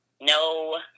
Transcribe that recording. no